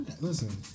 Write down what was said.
listen